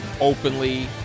openly